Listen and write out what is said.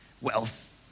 wealth